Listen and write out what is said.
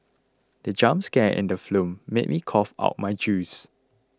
the jump scare in the film made me cough out my juice